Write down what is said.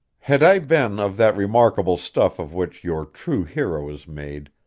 had i been of that remarkable stuff of which your true hero is made,